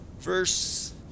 Verse